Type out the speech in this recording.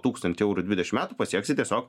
tūkstantį eurų dvidešim metų pasieksi tiesiog